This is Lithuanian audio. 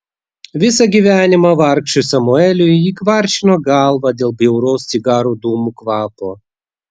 visą gyvenimą vargšui samueliui ji kvaršino galvą dėl bjauraus cigarų dūmų kvapo